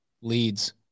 leads